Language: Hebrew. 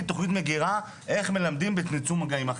או תוכנית מגירה של איך מלמדים בצמצום מגעים,